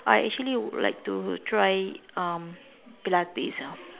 I actually would like to try um pilates ah